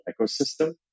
ecosystem